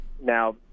now